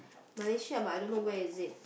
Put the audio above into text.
Malaysia but I don't know where is it